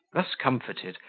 thus comforted,